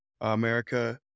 America